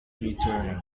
returning